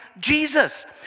Jesus